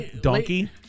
Donkey